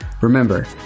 Remember